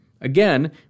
again